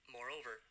Moreover